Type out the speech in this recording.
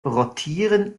rotieren